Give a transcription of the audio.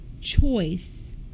choice